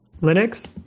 Linux